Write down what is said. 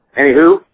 Anywho